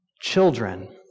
Children